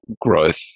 growth